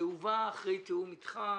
זה הובא אחרי תיאום איתך,